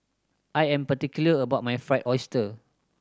I am particular about my Fried Oyster